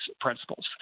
principles